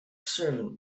servant